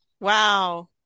Wow